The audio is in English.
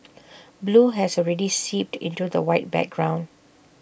blue has already seeped into the white background